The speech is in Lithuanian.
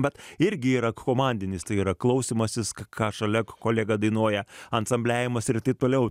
bet irgi yra komandinis tai yra klausymasis ką šalia kolega dainuoja ansambliavimas ir taip toliau